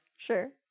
Sure